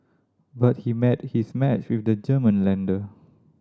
but he met his match with the German lender